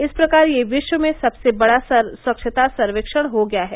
इस प्रकार यह विश्व में सबसे बड़ा स्वच्छता सर्वक्षण हो गया है